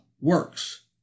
works